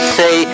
say